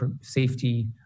safety